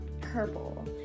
purple